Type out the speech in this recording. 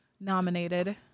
nominated